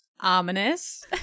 Ominous